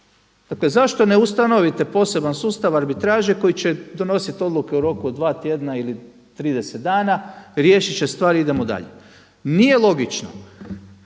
Dakle zašto ne ustanovite poseban sustav arbitraže koji će donositi odluke u roku od dva tjedna ili 30 dana, riješit će stvari i idemo dalje? Nije logično